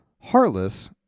Heartless